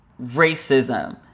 racism